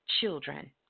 children